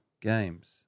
games